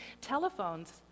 telephones